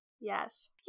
Yes